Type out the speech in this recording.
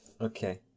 Okay